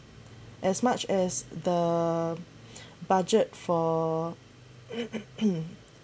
as much as the budget for